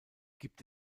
gibt